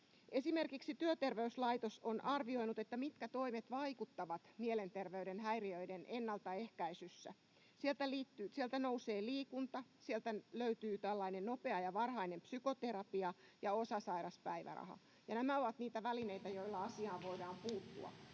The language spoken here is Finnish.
Esimerkiksi Työterveyslaitos on arvioinut sitä, mitkä toimet vaikuttavat mielenterveyden häiriöiden ennaltaehkäisyssä. Sieltä nousee liikunta, sieltä löytyy tällainen nopea ja varhainen psykoterapia ja osasairauspäiväraha, ja nämä ovat niitä välineitä, joilla asiaan voidaan puuttua.